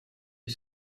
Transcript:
est